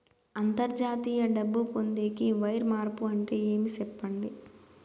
అంతర్జాతీయ డబ్బు పొందేకి, వైర్ మార్పు అంటే ఏమి? సెప్పండి?